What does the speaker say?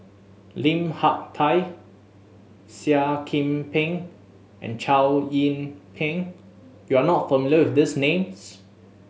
Lim Hak Tai Seah Kian Peng and Chow Yian Ping you are not familiar with these names